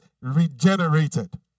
regenerated